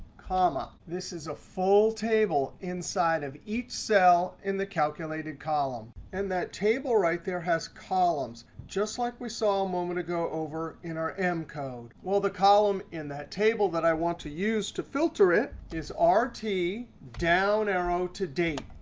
comma. this is a full table inside of each cell in the calculated column. and that table right there has columns, just like we saw a moment ago over in our m code. well, the column in that table that i want to use to filter it is rt, down arrow to date.